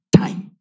time